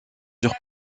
sur